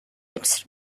its